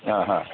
हां हां